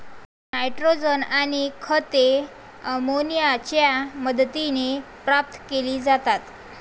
nitrogen आणि खते अमोनियाच्या मदतीने प्राप्त केली जातात